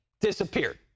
disappeared